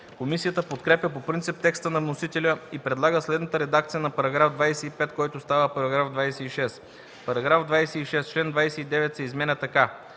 Комисията подкрепя по принцип текста на вносителя и предлага следната редакция на § 25, който става § 26: „§ 26. Член 29 се изменя така: